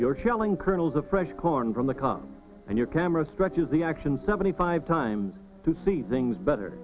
you're shelling kernels of fresh corn from the car and your camera stretches the action seventy five times to see things better